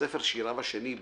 ספר שיריו השני,